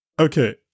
Okay